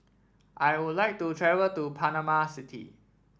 I would like to travel to Panama City